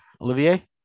Olivier